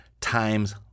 times